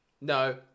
No